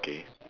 K